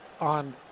on